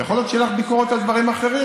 יכול להיות שתהיה לך ביקורת על דברים אחרים,